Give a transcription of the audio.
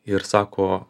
ir sako